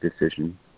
decision